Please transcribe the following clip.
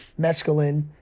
Mescaline